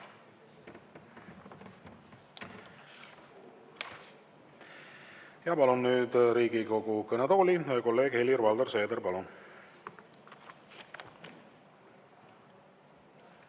Ja palun nüüd Riigikogu kõnetooli kolleeg Helir-Valdor Seederi. Palun!